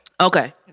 okay